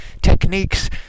techniques